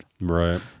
Right